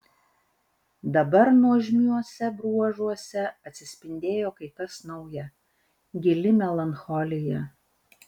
dabar nuožmiuose bruožuose atsispindėjo kai kas nauja gili melancholija